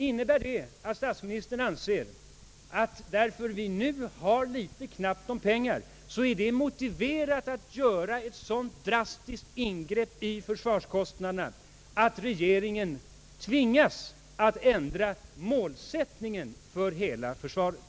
Innebär detta att statsministern anser att eftersom vi nu har litet knappt om pengar, är det motiverat att göra så drastiska ingrepp i försvarskostnaderna att regeringen tvingas att ändra målsättningen för hela försvaret?